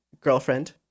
girlfriend